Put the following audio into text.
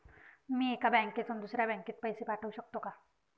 मी एका बँकेतून दुसऱ्या बँकेत पैसे पाठवू शकतो का?